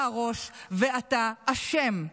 אתה הראש ואתה אשם.